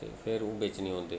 ते फ्ही ओह् बिच निं औंदे